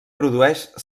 produeix